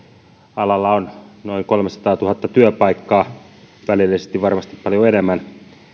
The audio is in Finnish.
alalla on noin kolmesataatuhatta työpaikkaa ja välillisesti varmasti paljon enemmän